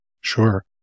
Sure